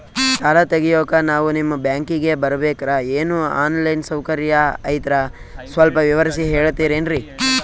ಸಾಲ ತೆಗಿಯೋಕಾ ನಾವು ನಿಮ್ಮ ಬ್ಯಾಂಕಿಗೆ ಬರಬೇಕ್ರ ಏನು ಆನ್ ಲೈನ್ ಸೌಕರ್ಯ ಐತ್ರ ಸ್ವಲ್ಪ ವಿವರಿಸಿ ಹೇಳ್ತಿರೆನ್ರಿ?